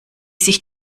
sich